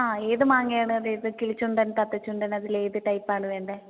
ആ ഏത് മാങ്ങ ആണ് അതായത് കിളിച്ചുണ്ടൻ തത്ത ചുണ്ടൻ അതിൽ ഏത് ടൈപ്പാണ് വേണ്ടത്